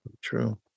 True